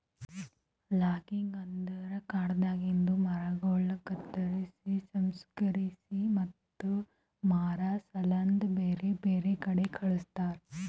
logging ಅಂದುರ್ ಕಾಡದಾಂದು ಮರಗೊಳ್ ಕತ್ತುರ್ಸಿ, ಸಂಸ್ಕರಿಸಿ ಮತ್ತ ಮಾರಾ ಸಲೆಂದ್ ಬ್ಯಾರೆ ಬ್ಯಾರೆ ಕಡಿ ಕಳಸ್ತಾರ